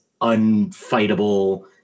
unfightable